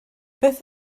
beth